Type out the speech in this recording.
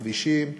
כבישים,